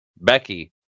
Becky